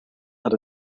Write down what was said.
had